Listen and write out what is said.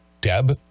Deb